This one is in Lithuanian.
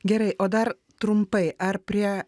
gerai o dar trumpai ar prie